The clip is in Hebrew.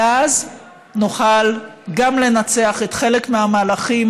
ואז נוכל גם לנצח את חלק מהמהלכים